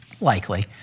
likely